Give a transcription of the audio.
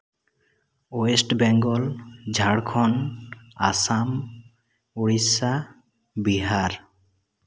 West Bengal Jharkhand Assam Odisha Bihar